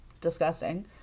Disgusting